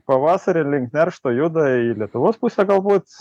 pavasarį link neršto juda į lietuvos pusę galbūt